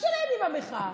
קשה להם עם המחאה.